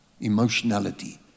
Emotionality